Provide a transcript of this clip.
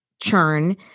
churn